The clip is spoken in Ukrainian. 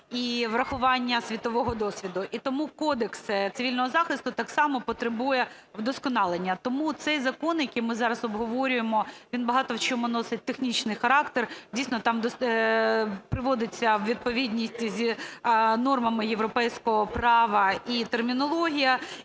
і врахування світового досвіду. І тому Кодекс цивільного захисту так само потребує вдосконалення. Тому цей закон, який ми зараз обговорюємо, він багато в чому носить технічний характер. Дійсно, там приводиться у відповідність з нормами європейського права і термінологія,